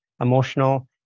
emotional